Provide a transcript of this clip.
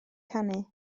canu